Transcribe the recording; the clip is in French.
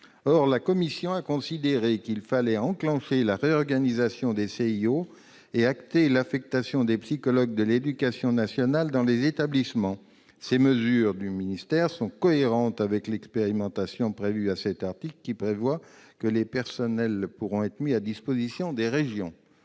Or la commission a considéré qu'il fallait enclencher la réorganisation des CIO et acter l'affectation des psychologues de l'éducation nationale dans les établissements. Ces mesures sont cohérentes avec l'expérimentation inscrite dans cet article, qui prévoit que ces personnels pourront être mis à disposition des régions.